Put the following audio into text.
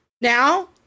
now